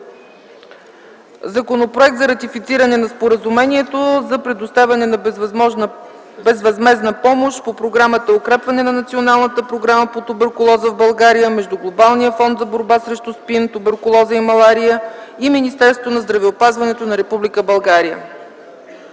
Законопроект за ратифициране на Споразумението за предоставяне на безвъзмездна помощ по програмата „Укрепване на Националната програма по туберкулоза в България” между Глобалния фонд за борба срещу СПИН, туберкулоза и малария и Министерството на здравеопазването на Република България.